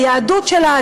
היהדות שלה,